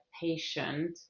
patient